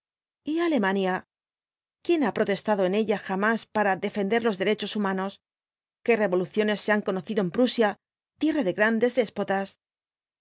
y alemania quién ha protestado en ella jamás para defender los derechos humanos qué revoluciones se han conocido en prusia tierra de grandes déspotas